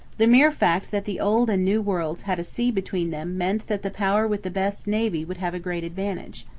the mere fact that the old and new worlds had a sea between them meant that the power with the best navy would have a great advantage.